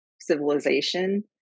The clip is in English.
civilization